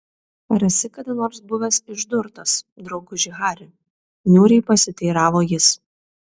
ar esi kada nors buvęs išdurtas drauguži hari niūriai pasiteiravo jis